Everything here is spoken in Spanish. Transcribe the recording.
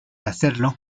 hacerlo